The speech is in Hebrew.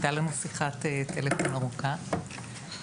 הייתה לנו שיחת טלפון ארוכה.